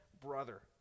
brother